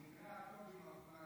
במקרה הטוב היא מפנה גב.